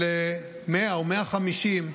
של 100 או 150 אנשים,